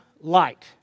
light